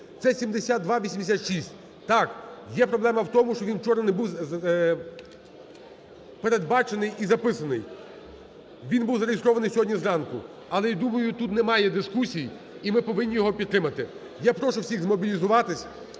Це 7286. Так, є проблема у тому, що він вчора не був передбачений і записаний, він був зареєстрований сьогодні зранку, але я думаю, тут немає дискусій і ми повинні його підтримати. Я прошу всіх змобілізуватись,